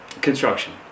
construction